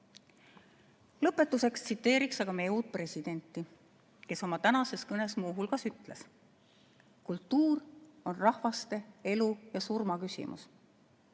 Lõpetuseks tsiteerin meie uut presidenti, kes oma tänases kõnes muu hulgas ütles: "Kultuur on rahvaste elu ja surma küsimus."